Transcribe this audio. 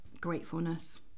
gratefulness